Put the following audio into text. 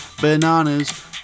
bananas